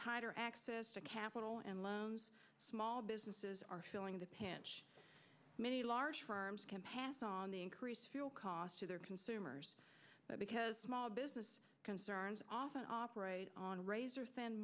tighter access to capital and loans small businesses are feeling the pinch many large firms can pass on the increased cost to their consumers because small business concerns often operate on razor